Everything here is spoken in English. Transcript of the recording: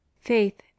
faith